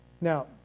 Now